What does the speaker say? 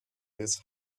this